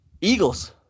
Eagles